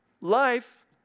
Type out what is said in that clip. life